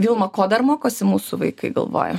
vilma ko dar mokosi mūsų vaikai galvoja